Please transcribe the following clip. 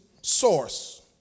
source